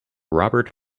robert